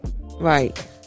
right